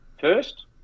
First